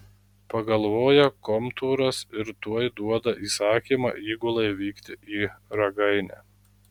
pagalvoja komtūras ir tuoj duoda įsakymą įgulai vykti į ragainę